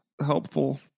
helpful